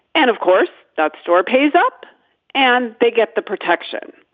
and of course that store pays up and they get the protection.